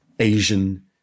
Asian